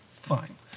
Fine